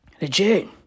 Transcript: Legit